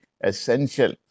essential